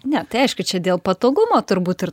ne tai aišku čia dėl patogumo turbūt ir